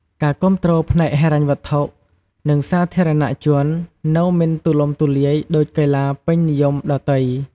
ការគាំទ្រផ្នែកហិរញ្ញវត្ថុ និងសាធារណជននៅមិនទូលំទូលាយដូចកីឡាពេញនិយមដទៃ។